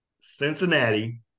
Cincinnati